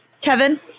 Kevin